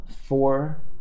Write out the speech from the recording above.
four